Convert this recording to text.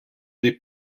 des